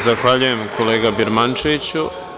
Zahvaljujem, kolega Birmančeviću.